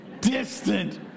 distant